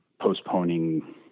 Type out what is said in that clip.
postponing